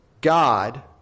God